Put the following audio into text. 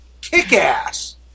Kick-Ass